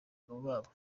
babo